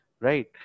right